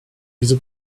diese